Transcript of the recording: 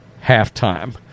halftime